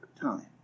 time